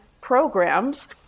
programs